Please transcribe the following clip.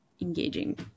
engaging